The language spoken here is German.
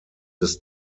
des